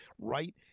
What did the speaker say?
Right